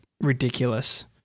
ridiculous